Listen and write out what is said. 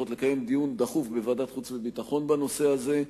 לקיים דיון דחוף בוועדת החוץ והביטחון בנושא הזה,